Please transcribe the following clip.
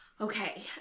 Okay